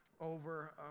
over